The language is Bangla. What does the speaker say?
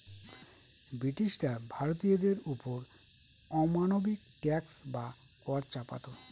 ব্রিটিশরা ভারতীয়দের ওপর অমানবিক ট্যাক্স বা কর চাপাতো